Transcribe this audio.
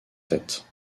tête